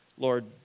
Lord